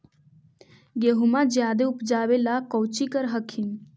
गेहुमा जायदे उपजाबे ला कौची कर हखिन?